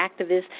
activists